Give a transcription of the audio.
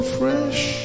fresh